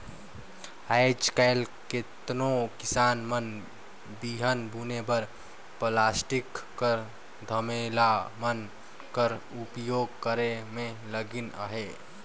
आएज काएल केतनो किसान मन बीहन बुने बर पलास्टिक कर धमेला मन कर उपियोग करे मे लगिन अहे